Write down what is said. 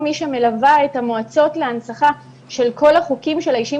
כמי שמלווה את המועצות להנצחה של כל החוקים של האישים